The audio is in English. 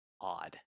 odd